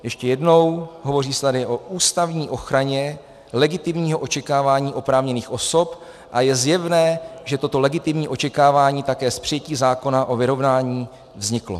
Ještě jednou, hovoří se tady o ústavní ochraně legitimního očekávání oprávněných osob a je zjevné, že toto legitimní očekávání také s přijetím zákona o vyrovnání vzniklo.